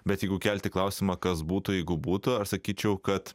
bet jeigu kelti klausimą kas būtų jeigu būtų sakyčiau kad